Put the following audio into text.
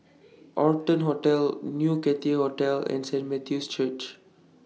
Arton Hotel New Cathay Hotel and Saint Matthew's Church